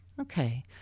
Okay